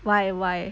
why why